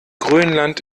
grönland